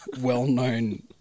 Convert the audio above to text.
well-known